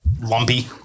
lumpy